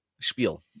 spiel